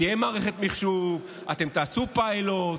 תהיה מערכת מחשוב, אתם תעשו פיילוט,